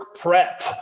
prep